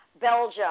Belgium